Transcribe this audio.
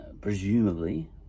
presumably